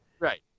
Right